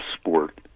sport